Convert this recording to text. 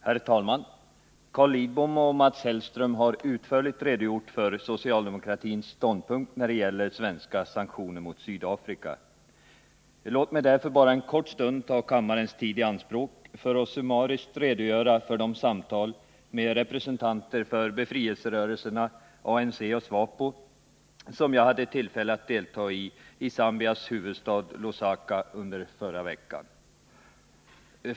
Herr talman! Carl Lidbom och Mats Hellström har utförligt redogjort för socialdemokratins ståndpunkt när det gäller svenska sanktioner mot Sydafrika. Låt mig därför bara en kort stund ta kammarens tid i anspråk för att summariskt redogöra för de samtal med representanter för befrielserörelserna ANC och SWAPO i vilka jag hade tillfälle att delta i Zambias huvudstad Lusaka under förra veckan.